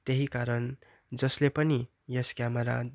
त्यहीकारण जसले पनि यस क्यामरा